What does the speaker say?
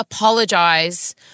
apologize